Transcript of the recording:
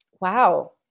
Wow